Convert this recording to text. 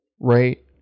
Right